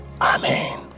Amen